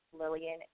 Lillian